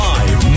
Live